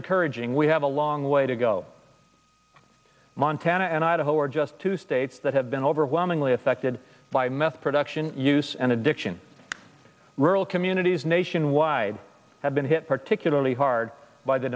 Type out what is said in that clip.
encouraging we have a long way to go montana and idaho are just two states that have been overwhelmingly affected by meth production use and addiction rural communities nationwide have been hit particularly hard by the